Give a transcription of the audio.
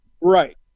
Right